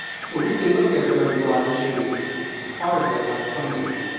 so we can look at very broad issues as part of that like funding,